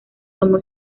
tomó